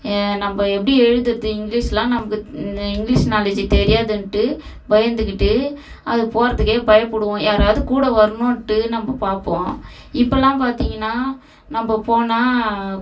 நம்ப எப்படி எழுதுறது இங்கிலிஷ் எல்லாம் நமக்கு இங்கிலிஷ் நாலேஜ்ஜு தெரியாதுன்ட்டு பயந்துக்கிட்டு அது போகறதுக்கே பயப்படுவோம் யாராவது கூட வரணுன்ட்டு நம்ப பார்ப்போம் இப்போலாம் பார்த்திங்கன்னா நம்ப போனால்